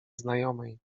znajomej